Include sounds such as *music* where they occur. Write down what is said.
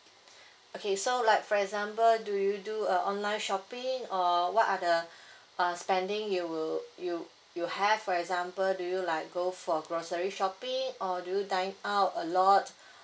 okay so like for example do you do uh online shopping or what are the *breath* uh spending you will you you have for example do you like go for grocery shopping or do you dine out a lot